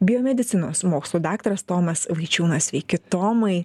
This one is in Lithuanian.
biomedicinos mokslų daktaras tomas vaičiūnas sveiki tomai